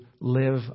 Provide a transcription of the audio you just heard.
live